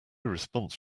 response